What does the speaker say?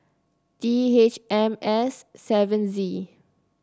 D H M S seven Z